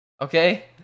Okay